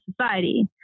society